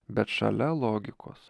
bet šalia logikos